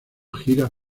giras